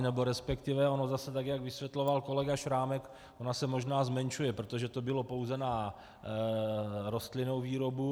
Nebo resp. ono zase, tak jak vysvětloval kolega Šrámek, ona se možná zmenšuje, protože to bylo pouze na rostlinnou výrobu.